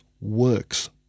works